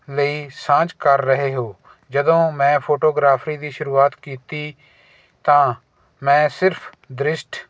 ਲਈ ਸਾਂਝ ਕਰ ਰਹੇ ਹੋ ਜਦੋਂ ਮੈਂ ਫੋਟੋਗ੍ਰਾਫਰੀ ਦੀ ਸ਼ੁਰੂਆਤ ਕੀਤੀ ਤਾਂ ਮੈਂ ਸਿਰਫ਼ ਦ੍ਰਿਸ਼ਟ